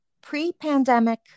pre-pandemic